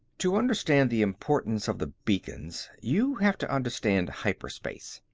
to understand the importance of the beacons, you have to understand hyperspace.